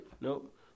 Nope